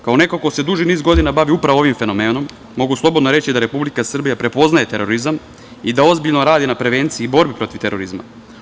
Kao neko ko se duži niz godina bavi ovim fenomenom, mogu slobodno reći da Republika Srbija, prepoznaje terorizam, i da ozbiljno radi na prevenciji i borbi protiv terorizma.